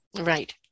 Right